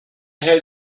had